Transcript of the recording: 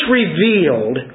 revealed